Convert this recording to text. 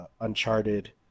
Uncharted